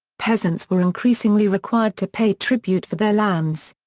peasants were increasingly required to pay tribute for their lands.